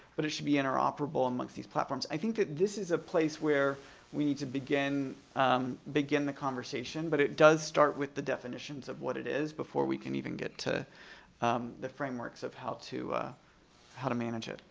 but it should be interoperable amongst these platforms. i think that this is a place where we need to begin um begin the conversation, but it does start with the definitions of what it is before we can even get to the frameworks of how to how to manage it.